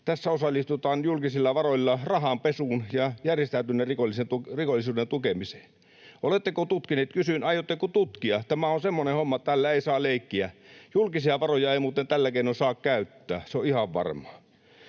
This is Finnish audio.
ehkä osallistutaan julkisilla varoilla rahanpesuun ja järjestäytyneen rikollisuuden tukemiseen? Oletteko tutkineet? Kysyn: aiotteko tutkia? Tämä on semmoinen homma, että tällä ei saa leikkiä. Julkisia varoja ei muuten tällä keinoin saa käyttää, se on ihan varmaa.